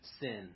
sin